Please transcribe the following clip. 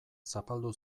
zapaldu